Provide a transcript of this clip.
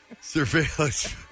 surveillance